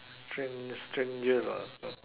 strange strangest ah